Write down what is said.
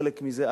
חלק מזה,